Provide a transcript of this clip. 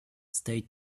stay